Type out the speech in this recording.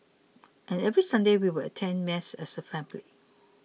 and every Sunday we would attend mass as a family